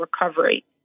recovery